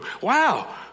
Wow